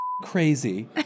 crazy